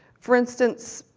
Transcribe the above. for instance,